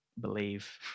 believe